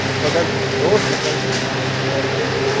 so that those results will match with experiment.